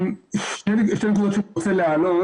שתי נקודות שאני רוצה להעלות.